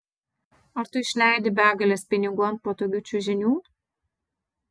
ar tu išleidi begales pinigų ant patogių čiužinių